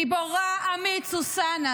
גיבורה עמית סוסנה,